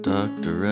Doctor